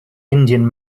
indian